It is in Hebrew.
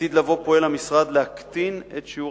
לעתיד לבוא פועל המשרד להקטין את שיעור